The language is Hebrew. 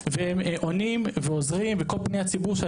והם עונים ועוזרים בכל פניית ציבור.